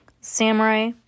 Samurai